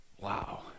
Wow